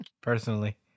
personally